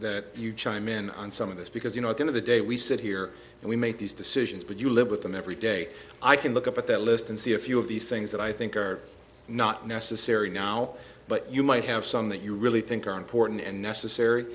that you chime in on some of this because you know i think of the day we sit here and we make these decisions but you live with them every day i can look up at that list and see a few of these things that i think are not necessary now but you might have some that you really think are important and necessary